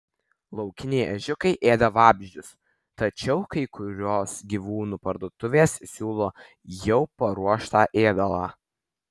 laukiniai ežiukai ėda vabzdžius tačiau kai kurios gyvūnų parduotuvės siūlo jau paruoštą ėdalą